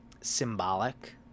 symbolic